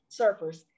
surfers